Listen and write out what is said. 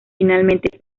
finalmente